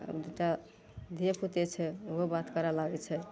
आब धिएपुते छै ओहो बात करऽ लागै छै